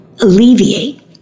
alleviate